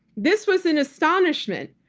this was an astonishment.